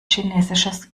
chinesisches